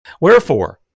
Wherefore